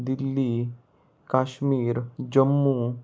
Delhi Kashmir Jammu